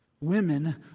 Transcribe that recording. Women